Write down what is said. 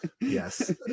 yes